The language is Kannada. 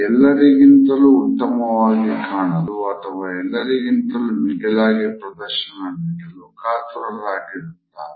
ಎಲ್ಲರಿಗಿಂತಲೂ ಉತ್ತಮವಾಗಿ ಕಾಣಲು ಅಥವಾ ಎಲ್ಲರಿಗಿಂತಲೂ ಮಿಗಿಲಾಗಿ ಪ್ರದರ್ಶನ ನೀಡಲು ಕಾತುರರಾಗಿರುತ್ತಾರೆ